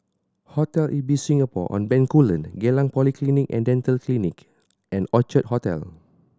Hotel Ibis Singapore On Bencoolen Geylang Polyclinic And Dental Clinic and Orchard Hotel